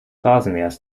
rasenmähers